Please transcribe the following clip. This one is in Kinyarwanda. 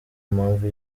mpamvu